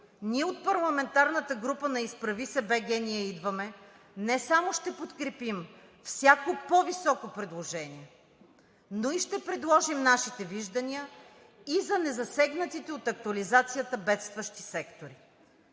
Ние от парламентарната група на „Изправи се БГ! Ние идваме!“ не само ще подкрепим всяко по-високо предложение, но и ще предложим нашите виждания и за незасегнатите от актуализацията бедстващи сектори.